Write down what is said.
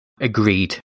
agreed